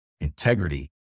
integrity